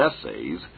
essays